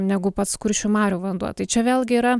negu pats kuršių marių vanduo tai čia vėlgi yra